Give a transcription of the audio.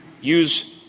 Use